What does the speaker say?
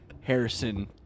Harrison